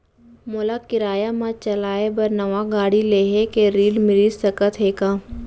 मोला किराया मा चलाए बर नवा गाड़ी लेहे के ऋण मिलिस सकत हे का?